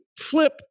flip